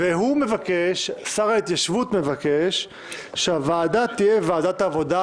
ושר ההתיישבות מבקש שהוועדה תהיה ועדת העבודה,